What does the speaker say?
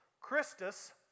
Christus